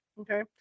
Okay